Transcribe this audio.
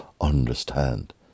understand